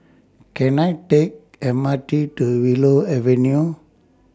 Can I Take M R T to Willow Avenue